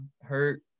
hurt